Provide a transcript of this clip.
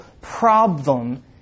problem